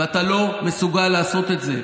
ואתה לא מסוגל לעשות את זה.